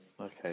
Okay